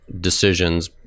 decisions